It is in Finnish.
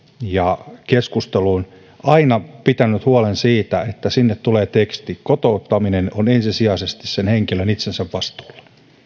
ja keskustelussa aina pitänyt huolen siitä että sinne tulee teksti kotouttaminen on ensisijaisesti sen henkilön itsensä vastuulla